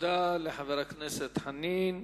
תודה לחבר הכנסת חנין.